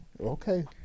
okay